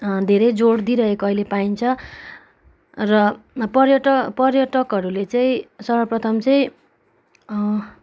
धेरै जोड दिइरहेको अहिले पाइन्छ र पर्यटक पर्यटकहरूले चाहिँ सर्वप्रथम चाहिँ